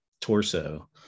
torso